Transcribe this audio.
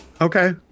Okay